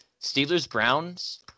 Steelers-Browns